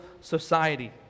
society